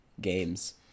games